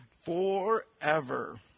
forever